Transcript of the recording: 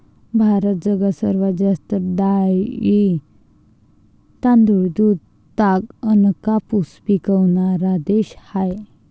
भारत जगात सर्वात जास्त डाळी, तांदूळ, दूध, ताग अन कापूस पिकवनारा देश हाय